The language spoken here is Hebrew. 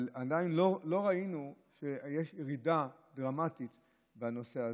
אבל עדיין לא ראינו שיש ירידה דרמטית בנושא הזה.